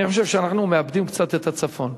אני חושב שאנחנו מאבדים קצת את הצפון.